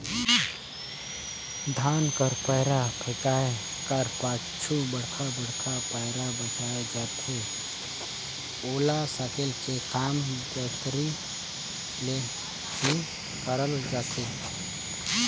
धान कर पैरा फेकाए कर पाछू बड़खा बड़खा पैरा बाएच जाथे ओला सकेले कर काम दँतारी ले ही करल जाथे